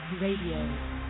Radio